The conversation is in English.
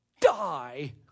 die